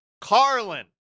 Carlin